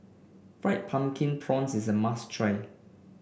Fried Pumpkin Prawns is a must try